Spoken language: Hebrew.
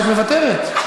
שאת מוותרת.